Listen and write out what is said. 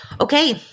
Okay